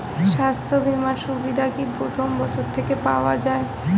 স্বাস্থ্য বীমার সুবিধা কি প্রথম বছর থেকে পাওয়া যায়?